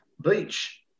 beach